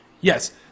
Yes